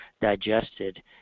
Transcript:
digested